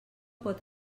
pot